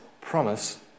promise